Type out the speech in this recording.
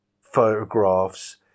photographs